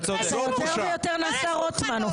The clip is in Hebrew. אופיר, אתה יותר ויותר נעשה רוטמן.